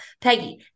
Peggy